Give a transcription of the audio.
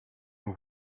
nous